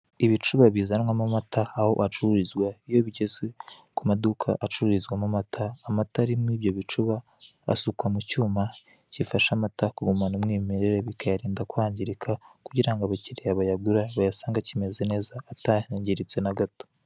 Ibicuba bizanwamo amata aho acururizwa iyo bigeze ku maduka acururizwamo amata, amata ari muri ibyo bicuba asukwa mu cyuma gifasha mata kugumana umwimerere bikayarinda kwangirika kugira ngo abakiriya bayagure bayasange akimeze neza atangiritse na gato.